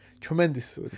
Tremendous